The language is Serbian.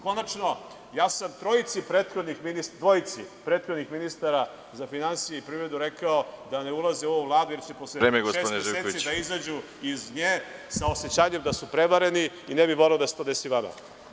Konačno, ja sam dvojici prethodnih ministara za finansije i privredu rekao da ne ulaze u ovu Vladu, jer će posle šest meseci da izađu iz nje sa osećanjem da su prevareni i ne bih voleo da se to desi vama.